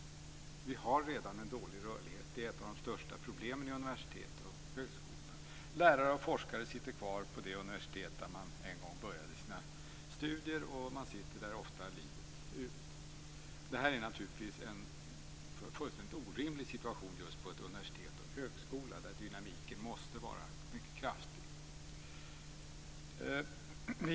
Vi har redan en dålig rörlighet. Det är ett av de största problemen inom universitet och högskola. Lärare och forskare sitter kvar på det universitet där man en gång började sina studier, och man sitter där ofta livet ut. Det här är naturligtvis en fullständigt orimlig situation just på universitet och högskola, där dynamiken måste var mycket kraftig.